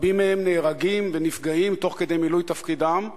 רבים מהם נהרגים ונפגעים תוך כדי מילוי תפקידם,